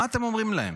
מה אתם אומרים להם,